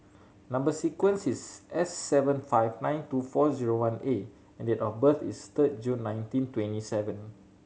number sequence is S seven five nine two four zero one A and the date of birth is third June nineteen twenty seven